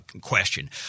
question